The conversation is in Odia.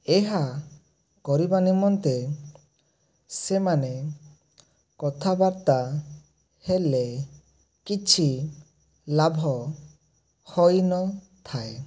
ଏହା କରିବା ନିମନ୍ତେ ସେମାନେ କଥାବାର୍ତା ହେଲେ କିଛି ଲାଭ ହୋଇ ନ ଥାଏ